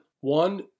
one